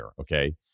okay